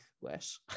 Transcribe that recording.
wish